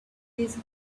these